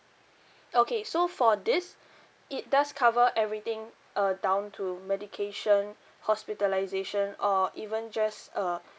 okay so for this it does cover everything uh down to medication hospitalisation or even just uh